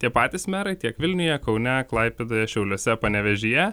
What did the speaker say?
tie patys merai tiek vilniuje kaune klaipėdoje šiauliuose panevėžyje